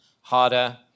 harder